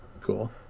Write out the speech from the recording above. Cool